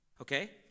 okay